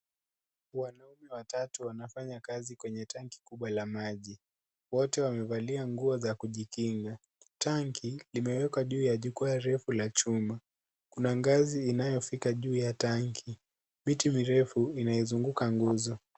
Wanaume watatu wanafanya kazi kwenye tanki kubwa la maji, wote wamevalia nguo za kujikinga. Tangi limewekwa juu jungwari ya karibu na chuma . Kuna ngazi inayofika juu ya tanki, miti mirefu inayozunguka nguzo.